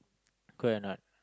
correct or not